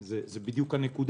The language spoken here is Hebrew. זאת בדיוק הנקודה.